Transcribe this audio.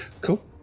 Cool